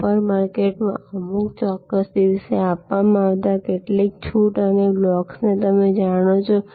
super માર્કેટમાં અમુક ચોક્કસ દિવસે આપવામાં આવતા કેટલીક છૂટ અને બ્લોક્સ તમે જાણો છો